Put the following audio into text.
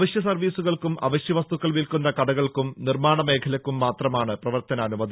അവശ്യ സർവീസുകൾക്കും അവശ്യവസ്തുക്കൾ വിൽക്കുന്ന കടകൾക്കും നിർമാണ മേഖലക്കും മാത്രമാണ് പ്രവർത്തനാനുമതി